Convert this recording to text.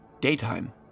daytime